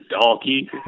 Donkey